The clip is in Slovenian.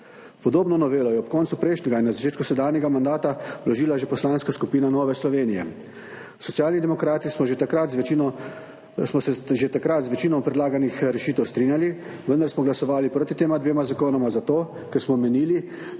Podobno novelo je ob koncu prejšnjega in na začetku sedanjega mandata vložila že Poslanska skupina Nova Slovenija. Socialni demokrati smo se že takrat z večino predlaganih rešitev strinjali, vendar smo glasovali proti tema dvema zakonoma zato, ker smo menili,